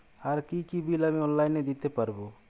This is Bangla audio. আর কি কি বিল আমি অনলাইনে দিতে পারবো?